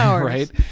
right